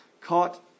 caught